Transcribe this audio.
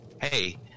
Hey